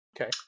Okay